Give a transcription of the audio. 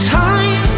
time